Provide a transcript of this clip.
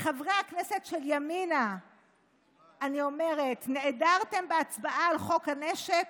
לחברי הכנסת של ימינה אני אומרת: נעדרתם בהצבעה על חוק הנשק,